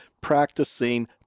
practicing